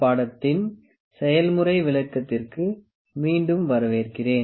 பாடத்தின் செயல்முறை விளக்கத்திற்கு மீண்டும் வரவேற்கிறேன்